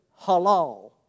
halal